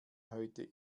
heute